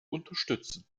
unterstützen